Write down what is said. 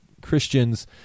Christians